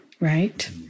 right